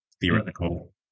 theoretical